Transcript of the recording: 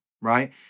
right